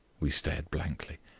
we stared blankly.